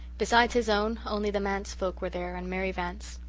besides his own, only the manse folk were there, and mary vance.